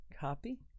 copy